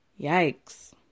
Yikes